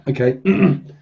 okay